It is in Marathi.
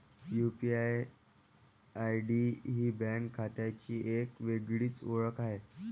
यू.पी.आय.आय.डी ही बँक खात्याची एक वेगळी ओळख आहे